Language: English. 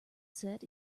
set